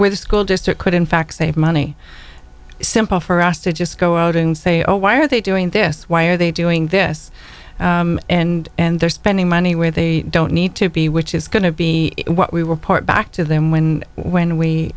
where the school district could in fact save money simple for us to just go out and say oh why are they doing this why are they doing this and and they're spending money where they don't need to be which is going to be what we were part back to then when when we